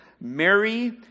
Mary